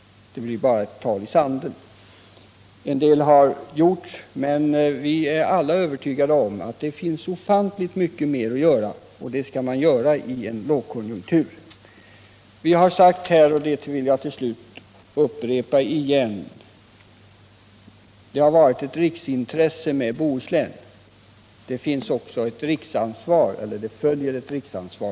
Det har gjorts en del, men vi är alla övertygade om att det finns ofantligt mycket mer att göra, och det bör göras i en lågkonjunktur. Det har sagts här — och det vill jag upprepa — att Bohuslän är ett riksintresse. Härmed följer också ett riksansvar.